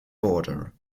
border